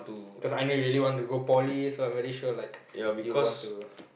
cause I know you really want to go poly so I very sure like you'd want to